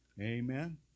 Amen